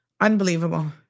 Unbelievable